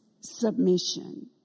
submission